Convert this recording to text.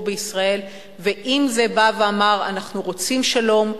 בישראל ועם זה בא ואמר: אנחנו רוצים שלום,